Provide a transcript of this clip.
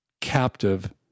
captive